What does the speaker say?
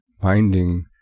finding